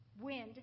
wind